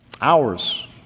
hours